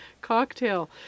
cocktail